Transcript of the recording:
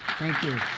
thank you.